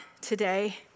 today